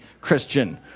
Christian